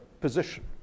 position